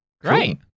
Great